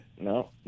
No